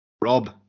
rob